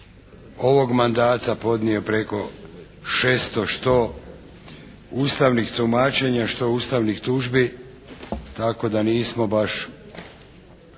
ovog mandata podnio preko 600 što ustavnih tumačenja što ustavnih tužbi tako da nismo baš